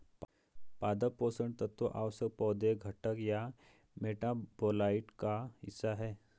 पादप पोषण तत्व आवश्यक पौधे घटक या मेटाबोलाइट का हिस्सा है